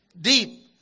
deep